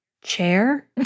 chair